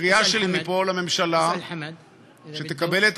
הקריאה שלי מפה לממשלה היא שתקבל את